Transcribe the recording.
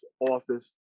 office